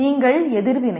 நீங்கள் எதிர்வினை